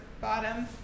bottom